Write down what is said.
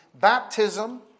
baptism